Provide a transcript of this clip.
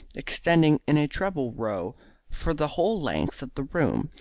extending in a treble row for the whole length of the room,